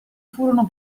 furono